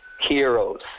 heroes